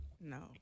No